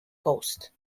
coast